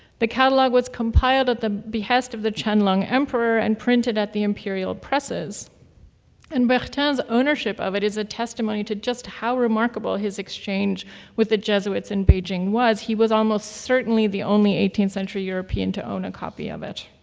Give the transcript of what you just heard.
the catalog was compiled at the behest of the qianlong emperor and printed at the imperial presses and bertin's ownership of it is a testimony to just how remarkable his exchange with the jesuits in beijing was. he was almost certainly the only eighteenth century european to own a copy of it.